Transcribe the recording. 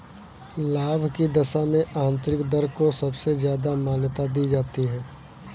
लाभ की दशा में आन्तरिक दर को सबसे ज्यादा मान्यता दी जाती है